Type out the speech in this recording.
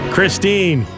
Christine